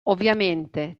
ovviamente